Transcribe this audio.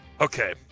Okay